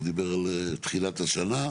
הוא דיבר על תחילת השנה.